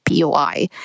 POI